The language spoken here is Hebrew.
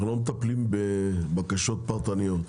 אנחנו לא מטפלים בבקשות פרטניות.